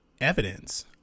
evidence